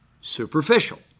superficial